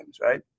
right